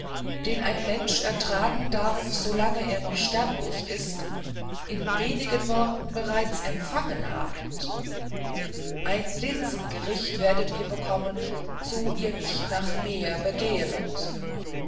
die ein mensch ertragen darf solang er noch sterblich ist in wenigen worten bereits empfangen habt ein linsengericht werdet ihr bekommen so ihr nicht nach mehr begehret